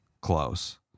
close